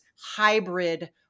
hybrid